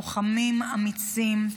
לוחמים אמיצים,